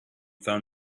found